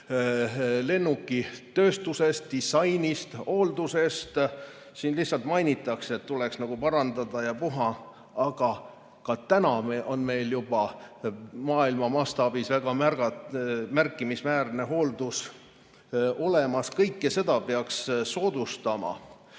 lennukitööstusest, disainist, hooldusest. Aga siin lihtsalt mainitakse, et tuleks nagu parandada ja puha, aga juba praegu on meil maailma mastaabis väga märkimisväärne hooldus olemas. Kõike seda peaks soodustama.